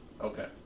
Okay